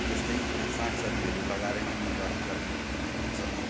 यस्तै साग सब्जीहरू लगाएर नै निर्वाह गर्ने गर्छौँ